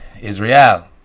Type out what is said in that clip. Israel